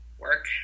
Work